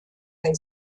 they